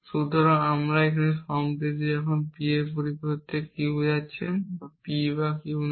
সুতরাং আবার এই ফর্মটিতে যখন আপনি P এর পরিবর্তে Q বোঝাচ্ছেন P বা Q নয়